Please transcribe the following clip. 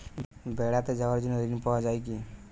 বেড়াতে যাওয়ার জন্য ঋণ পাওয়া যায় কি?